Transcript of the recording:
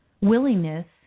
willingness